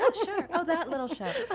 but sure. oh that little show.